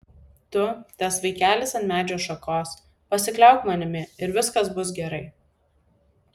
tu tas vaikelis ant medžio šakos pasikliauk manimi ir viskas bus gerai